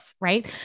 right